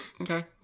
okay